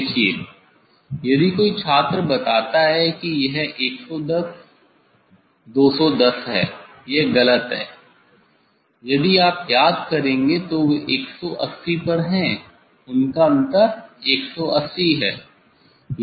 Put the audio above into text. देखिये यदि कोई छात्र बताता है कि यह 110 210 है यह गलत है यदि आप याद करेंगे तो वे 180 पर हैं उनका अंतर 180 है